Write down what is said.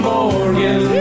Morgan